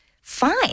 fine